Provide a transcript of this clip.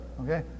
okay